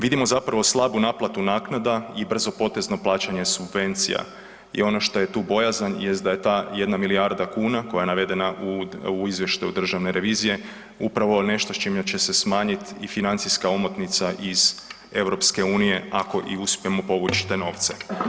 Vidimo slabu naplatu naknada i brzopotezno plaćanje subvencija i ono što je tu bojazan jest da je ta jedna milijarda kuna koja je navedena u izvještaju Državne revizije upravo nešto čime će se smanjiti i financijska omotnica iz EU ako i uspijemo povuć te novce.